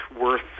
worth